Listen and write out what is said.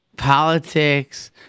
politics